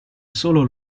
solo